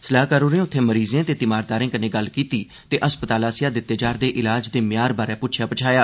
सलाहकार होरें उत्थै मरीजें ते तीमारदारें कन्नै गल्ल कीती ते अस्पताल आस्सेया दिते जा रदे इलाज दे म्यार बारै प्च्छेया पच्छाया